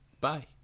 Bye